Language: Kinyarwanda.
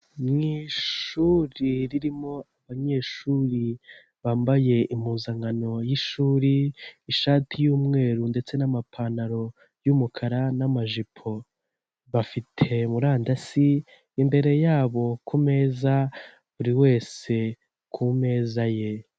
Mu ishuri ririmo abanyeshuri bambaye impuzankano y'ishuri, ishati y'umweru ndetse n'amapantaro y'umukara n'amajipo, bafite murandasi imbere yabo ku meza buri wese ku meza ye.